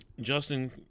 Justin